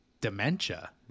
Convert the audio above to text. Dementia